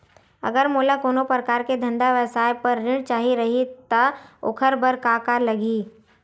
अगर मोला कोनो प्रकार के धंधा व्यवसाय पर ऋण चाही रहि त ओखर बर का का लगही?